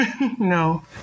no